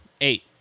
eight